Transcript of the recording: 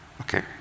Okay